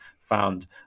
found